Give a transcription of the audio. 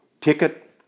ticket